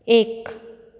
एक